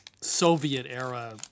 Soviet-era